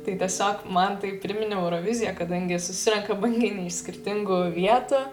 tai tiesiog man tai priminė euroviziją kadangi susirenka banginiai iš skirtingų vietų